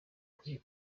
kuri